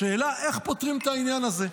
לשאלה איך פותרים את העניין הזה.